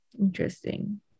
Interesting